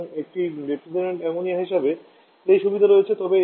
সুতরাং একটি refrigerant ammonia হিসাবে এই সুবিধা রয়েছে